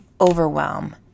overwhelm